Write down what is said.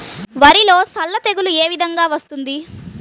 వరిలో సల్ల తెగులు ఏ విధంగా వస్తుంది?